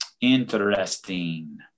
Interesting